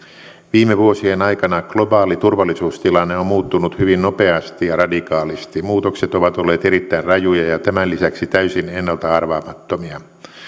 viime vuosien aikana globaali turvallisuustilanne on muuttunut hyvin nopeasti ja radikaalisti muutokset ovat olleet erittäin rajuja ja tämän lisäksi täysin ennalta arvaamattomia